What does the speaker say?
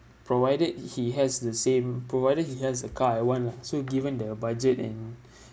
provided he has the same provided he has a car I want lah so given the budget and